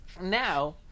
Now